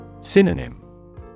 Synonym